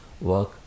work